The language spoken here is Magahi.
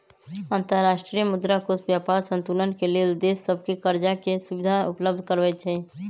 अंतर्राष्ट्रीय मुद्रा कोष व्यापार संतुलन के लेल देश सभके करजाके सुभिधा उपलब्ध करबै छइ